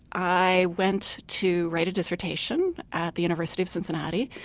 i went to write a dissertation at the university of cincinnati,